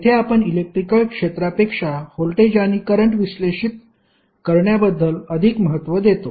येथे आपण इलेक्ट्रिकल क्षेत्रापेक्षा व्होल्टेज आणि करंट विश्लेषित करण्याबद्दल अधिक महत्व देतो